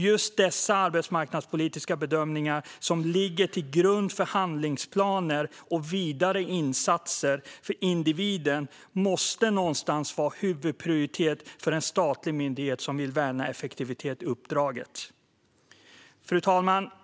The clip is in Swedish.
Just dessa arbetsmarknadspolitiska bedömningar, som ligger till grund för handlingsplaner och vidare insatser för individen, måste någonstans vara huvudprioritet för en statlig myndighet som vill värna effektivitet i uppdraget. Fru talman!